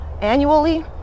annually